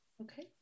okay